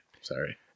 Sorry